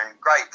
great